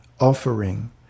offering